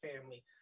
Family